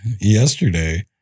yesterday